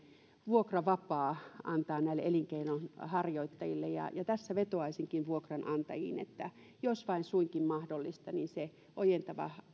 vuokravapaa antaa näille elinkeinonharjoittajille tässä vetoaisinkin vuokranantajiin että jos vain suinkin mahdollista niin se auttava